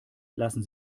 lassen